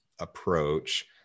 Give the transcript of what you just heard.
approach